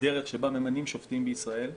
בדרך שבה ממנים שופטים בישראל.